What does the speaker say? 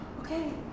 Okay